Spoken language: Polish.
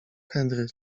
henry